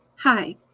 Hi